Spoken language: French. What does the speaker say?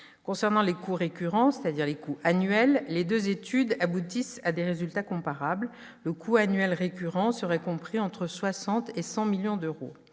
Concernant les coûts récurrents, c'est-à-dire les coûts annuels, les deux études aboutissent à des résultats comparables : le coût annuel récurrent serait compris entre 60 et 100 millions d'euros.